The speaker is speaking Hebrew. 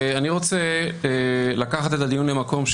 אני רוצה לקחת את הדיון למקום,